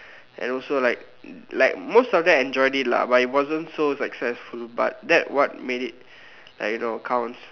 and also like like most of them enjoyed it lah but it wasn't so successful but that what made it like you know counts